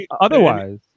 Otherwise